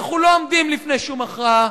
אנחנו לא עומדים לפני שום הכרעה.